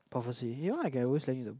Prophecy you want I can always lend you the